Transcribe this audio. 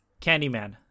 Candyman